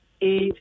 eight